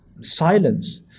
silence